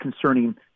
concerning